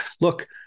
look